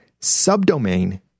subdomain